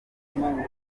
barenga